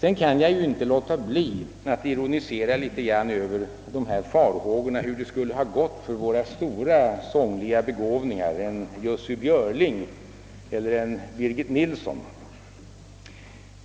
Jag kan emellertid inte låta bli att ironisera litet över alla farhågor för hur det skulle ha gått för våra stora sångliga begåvningar — en Jussi Björling eller en Birgit Nilsson.